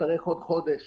יצטרך עוד חודש